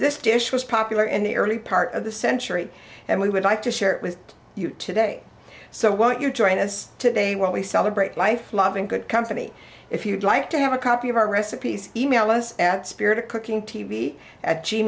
this dish was popular in the early part of the century and we would like to share it with you today so won't you join us today when we celebrate life love and good company if you'd like to have a copy of our recipes email us at spirit of cooking t v at g